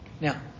Now